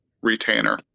retainer